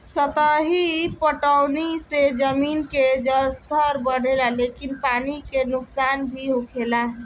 सतही पटौनी से जमीन के जलस्तर बढ़ेला लेकिन पानी के नुकसान भी होखेला